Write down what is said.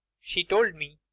she told me.